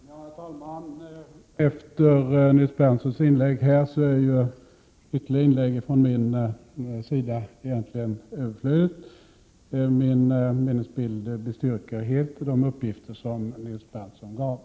Herr talman! Efter Nils Berndtsons anförande är det egentligen överflödigt med ytterligare inlägg från min sida. Min minnesbild bestyrker helt de uppgifter som Nils Berndtson gav.